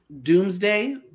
Doomsday